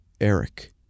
Eric